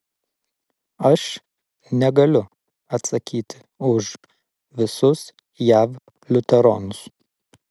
aš negaliu atsakyti už visus jav liuteronus